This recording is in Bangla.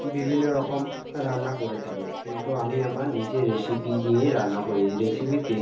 বিভিন্ন রকম রান্না করে থাকি কিন্তু আমি আমার নিজের রেসিপি নিয়েই রান্না করি রেসিপিতে